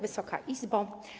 Wysoka Izbo!